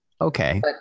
Okay